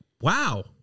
wow